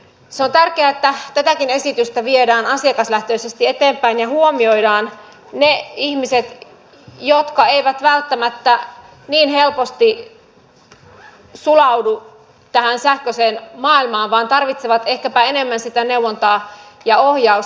se on tärkeää että tätäkin esitystä viedään asiakaslähtöisesti eteenpäin ja huomioidaan ne ihmiset jotka eivät välttämättä niin helposti sulaudu tähän sähköiseen maailmaan vaan tarvitsevat ehkäpä enemmän sitä neuvontaa ja ohjausta